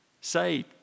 Say